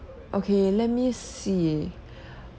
okay let me see